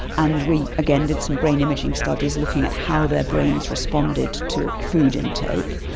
and we again did some brain imaging studies looking at how their brains responded to food intake.